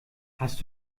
hast